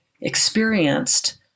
experienced